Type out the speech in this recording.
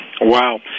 Wow